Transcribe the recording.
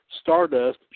Stardust